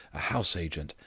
a house-agent,